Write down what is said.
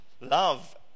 love